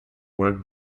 worked